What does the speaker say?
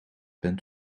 bent